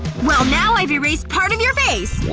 well now i've erased part of your face!